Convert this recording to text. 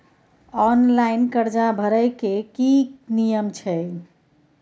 Online कर्जा भरै के की नियम छै?